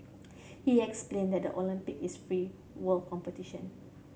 he explain that the Olympic is free world competition